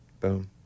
Boom